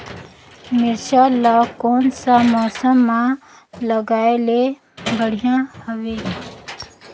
मिरचा ला कोन सा मौसम मां लगाय ले बढ़िया हवे